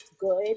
good